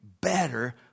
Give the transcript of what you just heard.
better